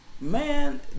Man